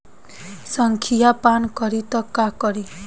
संखिया पान करी त का करी?